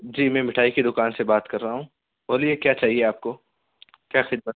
جی میں مٹھائی کی دکان سے بات کر رہا ہوں بولیے کیا چاہیے آپ کو کیا خدمت